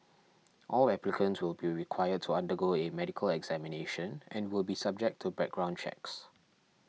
all applicants will be required to undergo a medical examination and will be subject to background checks